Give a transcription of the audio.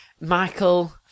Michael